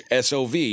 SOV